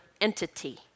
entity